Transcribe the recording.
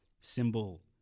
symbol